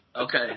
okay